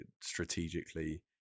strategically